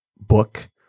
book